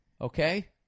Okay